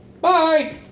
Bye